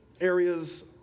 areas